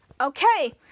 Okay